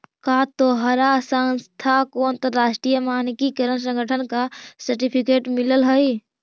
का तोहार संस्था को अंतरराष्ट्रीय मानकीकरण संगठन का सर्टिफिकेट मिलल हई